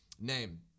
name